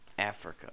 Africa